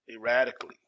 erratically